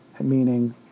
Meaning